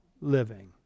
living